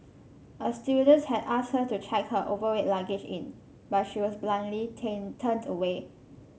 a stewardess had asked her to check her overweight luggage in but she was bluntly tin turned away